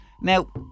Now